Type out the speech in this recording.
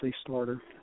starter